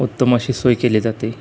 उत्तम अशी सोय केली जाते